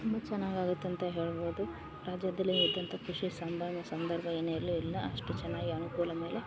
ತುಂಬ ಚೆನ್ನಾಗ್ ಆಗತ್ತಂತ ಹೇಳ್ಬೋದು ರಾಜ್ಯದಲ್ಲಿ ಇದ್ದಂಥ ಕೃಷಿ ಸಂದಾನು ಸಂದರ್ಭ ಇನ್ನೆಲ್ಲೂಇಲ್ಲ ಅಷ್ಟು ಚೆನ್ನಾಗಿ ಅನುಕೂಲ ಮೇಲೆ